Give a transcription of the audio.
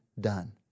done